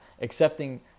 accepting